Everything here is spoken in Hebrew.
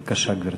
בבקשה, גברתי.